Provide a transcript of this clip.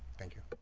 thank you